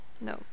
no